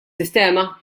sistema